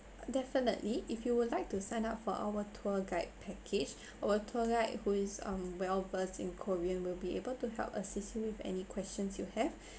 definitely if you would like to sign up for our tour guide package our tour guide who is um well versed in korean will be able to help assist you with any questions you have